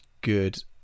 good